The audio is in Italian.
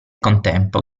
contempo